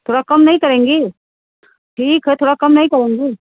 थोड़ा कम नहीं करेंगी ठीक है थोड़ा कम नहीं करेंगी